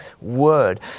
word